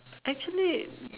actually